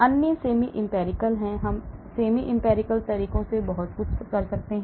अन्य semi empirical है हम semi empirical तरीकों से बहुत कुछ कर सकते हैं